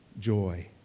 Joy